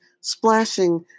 splashing